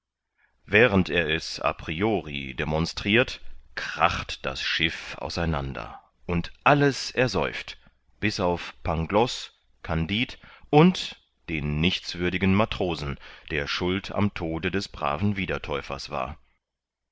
während er es a priori demonstrirt kracht das schiff auseinander und alles ersäuft bis auf pangloß kandid und den nichtswürdigen matrosen der schuld am tode des braven wiedertäufers war